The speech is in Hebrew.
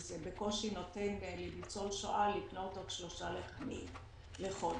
שזה בקושי נותן לניצול שואה לקנות עוד שלושה לחמים לחודש.